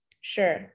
sure